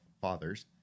fathers